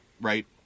right